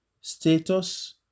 status